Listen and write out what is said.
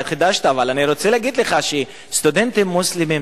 חידשת, אבל אני רוצה להגיד לך שסטודנטים מוסלמים,